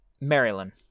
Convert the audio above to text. Maryland